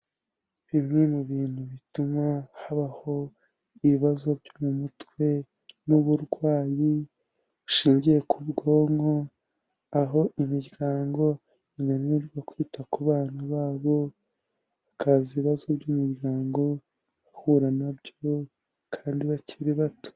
Bimwe mu bintu bituma habaho ibibazo byo mu mutwe n'uburwayi bushingiye ku bwonko, aho imiryango inanirwa kwita ku bana babo hakaza ibibazo by'imiryango bahura na byo kandi bakiri bato.